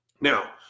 now